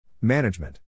Management